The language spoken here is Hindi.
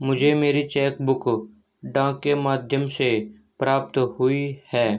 मुझे मेरी चेक बुक डाक के माध्यम से प्राप्त हुई है